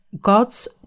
God's